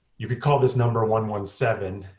you could call this number, one one seven,